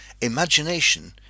imagination